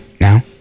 now